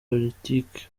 politique